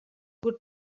good